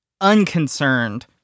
unconcerned